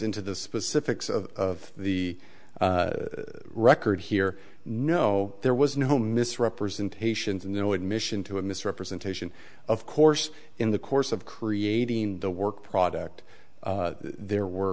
into the specifics of the record here no there was no misrepresentations and no admission to a misrepresentation of course in the course of creating the work product there were